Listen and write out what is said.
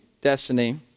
destiny